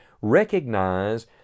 Recognize